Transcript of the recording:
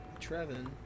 Trevin